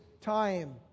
time